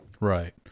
right